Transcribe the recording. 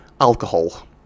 Alcohol